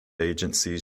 agencies